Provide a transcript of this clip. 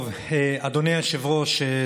טוב, אדוני היושב-ראש.